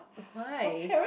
why